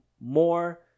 more